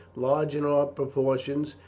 large in her proportions,